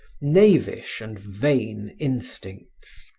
knavish and vain instincts.